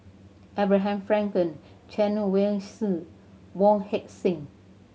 Abraham Frankel Chen Wen Hsi Wong Heck Sing